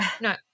No